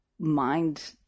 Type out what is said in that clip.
mind